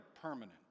permanent